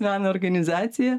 meno organizacija